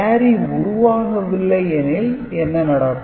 carry உருவாகவில்லையெனில் என்ன நடக்கும்